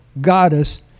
goddess